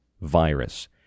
virus